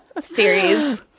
series